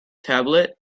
tablet